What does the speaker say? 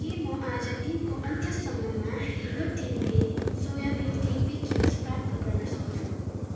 के म आज दिनको अन्त्यसम्ममा hello tempeh soybean tempeh cubes प्राप्त गर्नसक्छु